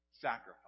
sacrifice